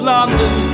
London